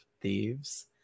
thieves